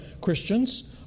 Christians